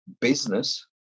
business